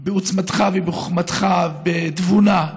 בעוצמתך ובחוכמתך, בתבונה,